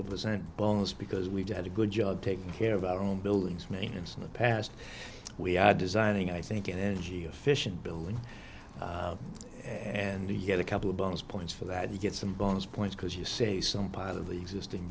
percent bonus because we did a good job taking care of our own buildings maintenance in the past we are designing i think energy efficient buildings and you get a couple of bonus points for that you get some bonus points because you say some part of the existing